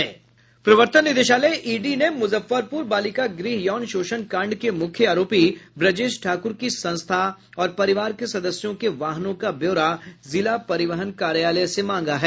प्रवर्तन निदेशालय ईडी ने मुजफ्फरपुर बालिका गृह यौन शोषण कांड के मुख्य आरोपी ब्रजेश ठाकुर की संस्था और परिवार के सदस्यों के वाहनों का ब्यौरा जिला परिवहन कार्यालय से मांगा है